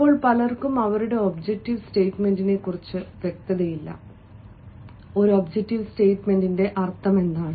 ഇപ്പോൾ പലർക്കും അവരുടെ ഒബ്ജക്റ്റീവ് സ്റ്റേറ്റ്മെന്റിനെക്കുറിച്ച് വ്യക്തതയില്ല ഒരു ഒബ്ജക്ടീവ് സ്റ്റേറ്റ്മെന്റിന്റെ അർത്ഥമെന്താണ്